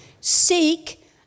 seek